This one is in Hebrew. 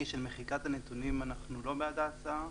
של מחיקת הנתונים אנחנו לא בעד ההצעה.